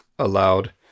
allowed